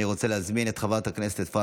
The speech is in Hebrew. אני רוצה להזמין את חברת הכנסת אפרת